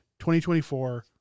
2024